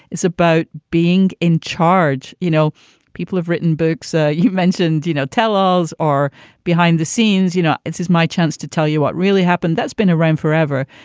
it's about being in charge. you know people have written books. ah you mentioned, you you know, tell alls are behind the scenes. you know, this is my chance to tell you what really happened that's been around forever.